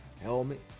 helmet